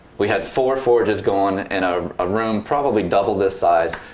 we had four fridges gone in a ah room probably double this size.